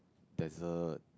there's a